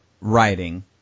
writing